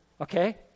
okay